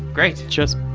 great. cheers.